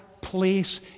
place